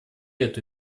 эту